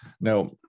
now